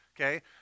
Okay